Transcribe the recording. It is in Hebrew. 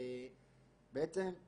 ובעצם גם